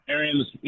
Arian's